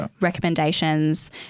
recommendations